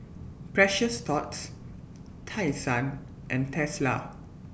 Precious Thots Tai Sun and Tesla